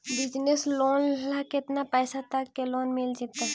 Business loan ल केतना पैसा तक के लोन मिल जितै?